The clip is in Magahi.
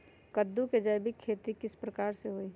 कददु के जैविक खेती किस प्रकार से होई?